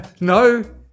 no